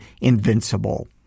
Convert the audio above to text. Invincible